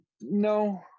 no